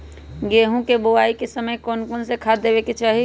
गेंहू के बोआई के समय कौन कौन से खाद देवे के चाही?